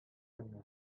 киткәннәр